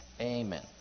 Amen